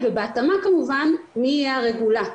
אומרים חלק מהגורמים הרפואיים וגורמי ממשל לפעמים שהיק"ר זז מהר מדי,